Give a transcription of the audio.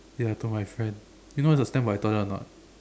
ya to my friends you know what's a stand by toilet or not